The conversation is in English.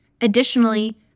Additionally